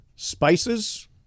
Spices